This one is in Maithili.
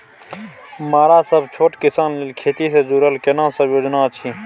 मरा सब छोट किसान लेल खेती से जुरल केना सब योजना अछि?